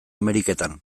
ameriketan